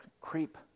creep